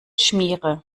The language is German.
schmiere